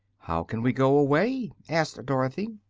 how can we go away? asked dorothy.